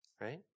right